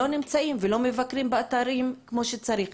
נמצאים ולא מבקרים באתרים כמו שצריך.